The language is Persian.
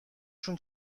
شون